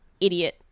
idiot